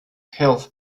health